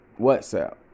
whatsapp